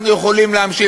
אנחנו יכולים להמשיך,